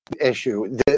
issue